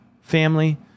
family